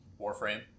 Warframe